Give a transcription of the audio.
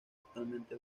totalmente